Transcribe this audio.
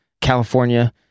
California